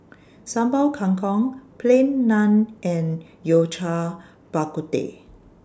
Sambal Kangkong Plain Naan and Yao Cai Bak Kut Teh